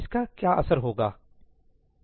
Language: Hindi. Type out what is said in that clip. इसका क्या असर होगा